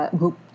group